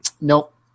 nope